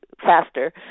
faster